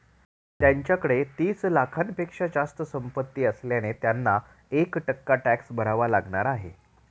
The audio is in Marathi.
त्यांच्याकडे तीस लाखांपेक्षा जास्त संपत्ती असल्याने त्यांना एक टक्का टॅक्स भरावा लागणार आहे